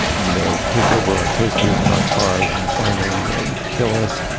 but you know, take over our toasters and our cars and finally kill us.